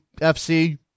FC